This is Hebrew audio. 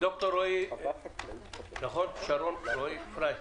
ד"ר שרון אלרעי פרייס,